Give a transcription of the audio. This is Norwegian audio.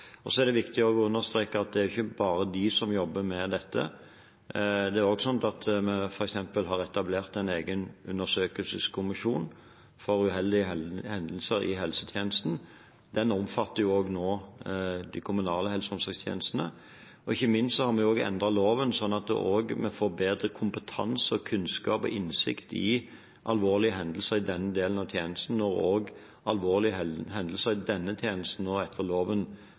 er viktig å understreke at det ikke er bare de som jobber med dette. Vi har etablert en egen undersøkelseskommisjon for uheldige hendelser i helsetjenesten. Den omfatter nå også de kommunale helse- og omsorgstjenestene. Ikke minst har vi endret loven slik at vi får bedre kompetanse, kunnskap og innsikt i alvorlige hendelser i denne delen av tjenesten. Alvorlige hendelser i denne tjenesten skal nå etter loven